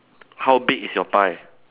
how big is your pie